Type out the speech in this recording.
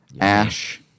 Ash